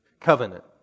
Covenant